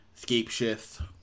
scapeshifts